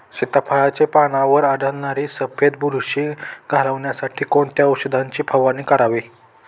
सीताफळाचे पानांवर आढळणारी सफेद बुरशी घालवण्यासाठी कोणत्या औषधांची फवारणी करावी?